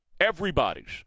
Everybody's